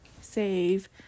save